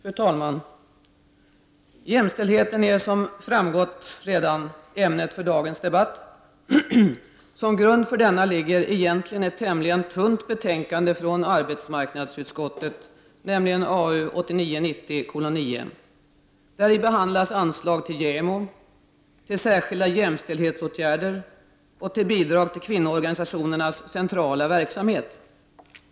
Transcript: Fru talman! Jämställdheten är, som redan framgått, ämnet för dagens debatt. Som grund för denna ligger egentligen ett tämligen tunt betänkande från arbetsmarknadsutskottet, nämligen AU 1989/90:9. Däri behandlas anslag till JämO, till särskilda jämställdhetsåtgärder och till bidrag till kvinnoorganisationernas centrala verksamhet.